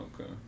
Okay